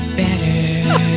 better